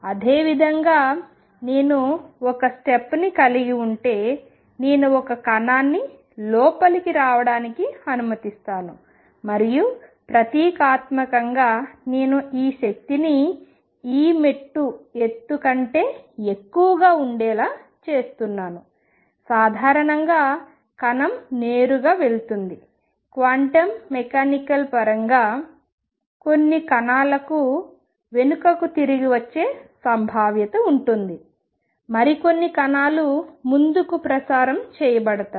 అదేవిధంగా నేను ఒక స్టెప్ ని కలిగి ఉంటే నేను ఒక కణాన్ని లోపలికి రావడానికి అనుమతిస్తాను మరియు ప్రతీకాత్మకంగా నేను ఈ శక్తిని E మెట్టు ఎత్తు కంటే ఎక్కువగా ఉండేలా చేస్తున్నాను సాధారణంగా కణం నేరుగా వెళుతుంది క్వాంటమ్ మెకానికల్ పరంగా కొన్ని కణాల కు వెనుకకు తిరిగి వచ్చే సంభావ్యత ఉంటుంది మరికొన్ని కణాలు ముందుకు ప్రసారం చేయబడతాయి